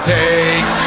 take